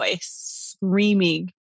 screaming